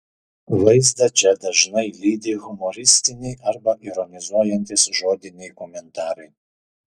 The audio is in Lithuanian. vaizdą čia dažnai lydi humoristiniai arba ironizuojantys žodiniai komentarai